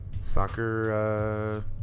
Soccer